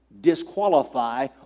disqualify